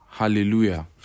Hallelujah